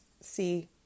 see